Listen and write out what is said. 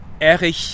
Erich